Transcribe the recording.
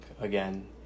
again